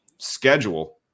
schedule